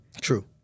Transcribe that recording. True